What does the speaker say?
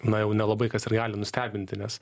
na jau nelabai kas ir gali nustebinti nes